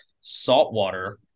saltwater